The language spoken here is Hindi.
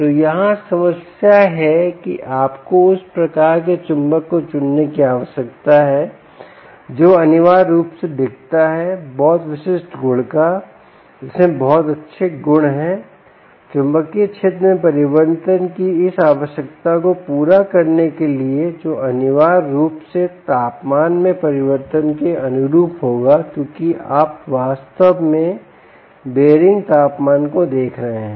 तो यहाँ समस्या है कि आपको उस प्रकार के चुंबक को चुनने की आवश्यकता है जो अनिवार्य रूप से दिखता है बहुत विशिष्ट गुण का जिसमें बहुत अच्छे गुण हैं चुंबकीय क्षेत्र में परिवर्तन की इस आवश्यकता को पूरा करने के लिए जो अनिवार्य रूप से तापमान में परिवर्तन के अनुरूप होगा क्योंकि आप वास्तव में बेयरिंग तापमान को देख रहे हैं